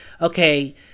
okay